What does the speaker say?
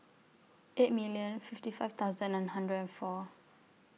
eight million fifty five thousand and hundred and four